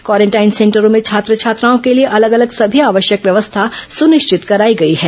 quarantine सेटरों में छात्र छात्राओं के लिए अलग अलग समी आवश्यक व्यवस्था सुनिश्चित कराई गई है